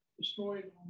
destroyed